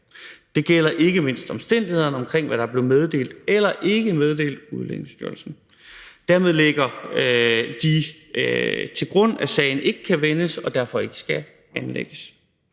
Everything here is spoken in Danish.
Det gælder ikke mindst omstændighederne omkring, hvad der er blevet meddelt eller ikke meddelt Udlændingestyrelsen. Dermed ligger de til grund, at sagen ikke kan vindes og derfor ikke skal anlægges.